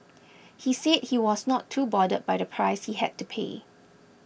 he said he was not too bothered by the price he had to pay